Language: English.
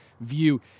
view